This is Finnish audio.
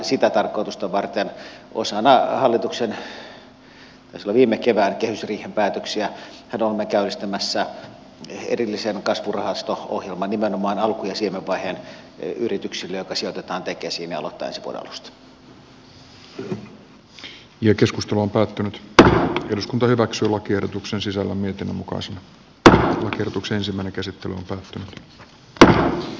sitä tarkoitusta varten osana hallituksen taisi olla viime kevään kehysriihen päätöksiä olemme sen sijaan käynnistämässä erillisen kasvurahasto ohjelman nimenomaan alku ja siemenvaiheen yrityksille joka sijoitetaan tekesiin ja keskusta on päättänyt että eduskunta hyväksyi lakiehdotuksen sisälmyksen mukaisen tänään verotukseen sillä aloittaa ensi vuoden alusta